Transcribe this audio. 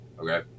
okay